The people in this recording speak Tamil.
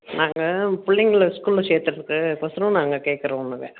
நாங்கள் பிள்ளைங்கள ஸ்கூலில் சேக்கிறதுக்கு கொசறோம் நாங்கள் கேக்கிறோம் ஒன்னுங்க